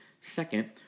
Second